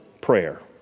prayer